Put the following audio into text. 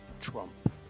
Trump